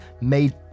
made